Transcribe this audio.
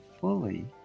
fully